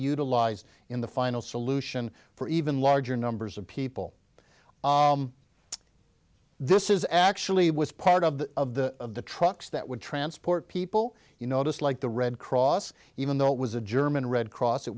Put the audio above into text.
utilized in the final solution for even larger numbers of people this is actually was part of the of the of the trucks that would transport people you know just like the red cross even though it was a german red cross it